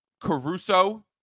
Caruso